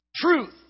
Truth